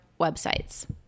websites